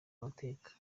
amateka